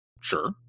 Sure